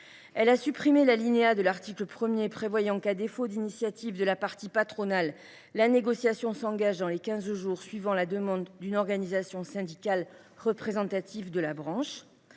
Elle a supprimé l’alinéa de l’article 1 prévoyant que, à défaut d’initiative de la partie patronale, la négociation s’engage dans les quinze jours suivant la demande d’une organisation syndicale représentative de la branche.